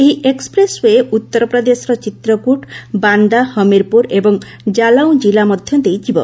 ଏହି ଏକ୍ଟ୍ରେସ୍ ଓ୍ବେ ଉତ୍ତର ପ୍ରଦେଶର ଚିତ୍ରକଟ ବନ୍ଦା ହମିରପୁର ଏବଂ ଜାଲାଉଁ କିଲ୍ଲା ମଧ୍ୟ ଦେଇ ଯିବ